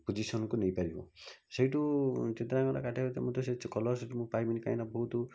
ପୋଜିସନ୍କୁ ନେଇପାରିବ ସେଇଠୁ ଚିତ୍ରାଙ୍କନ କାଟିବା ଭିତରେ ମୁଁ ତ ସେଇଠୁ କଲର୍ ସେଇଠୁ ମୁଁ ପାଇବିନି କାହିଁକି ନା ବହୁତ